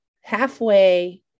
halfway